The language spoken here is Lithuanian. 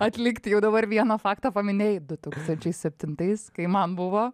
atlikti jau dabar vieną faktą paminėjai du tūkstančiai septintais kai man buvo